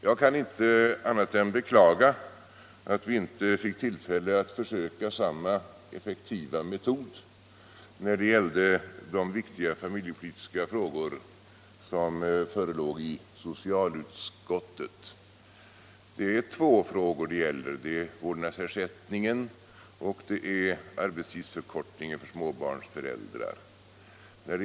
Jag kan inte annat än beklaga att vi inte fick tillfälle att försöka samma effektiva metod när det gällde de viktiga familjepolitiska frågor som förelåg i socialutskottet. Det är två frågor det gäller, nämligen vårdnadsersättningen och arbetstidsförkortningen för småbarnsföräldrar.